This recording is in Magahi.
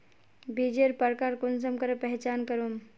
बीजेर प्रकार कुंसम करे पहचान करूम?